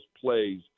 plays